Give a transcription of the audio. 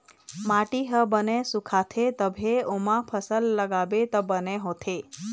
माटी ह बने सुखाथे तभे ओमा फसल लगाबे त बने होथे